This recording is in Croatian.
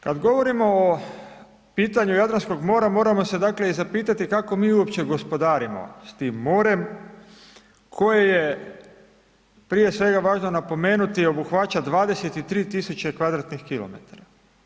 Kad govorimo o pitanju Jadranskog mora, moramo se dakle zapitati kako mi uopće gospodarimo s tim morem koje je prije svega važno je napomenuti obuhvaća 23 tisuće kvadratnih km.